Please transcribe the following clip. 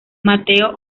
mateo